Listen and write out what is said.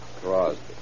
Crosby